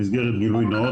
במסגרת גילוי נאות,